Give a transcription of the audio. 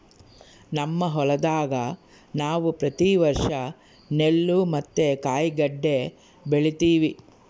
ನಮ್ಮ ಹೊಲದಾಗ ನಾವು ಪ್ರತಿ ವರ್ಷ ನೆಲ್ಲು ಮತ್ತೆ ಕಾಯಿಗಡ್ಡೆ ಬೆಳಿತಿವಿ